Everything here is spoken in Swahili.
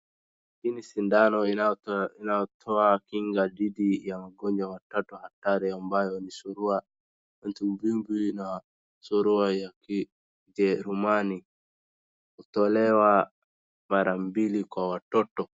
Hii ni sindano inayotoa kinga dhidi ya magonjwa matatu hatari ambayo ni surua matumbwimbwi na surua ya kijerumani, hutolewa mara mbili kwa watoto.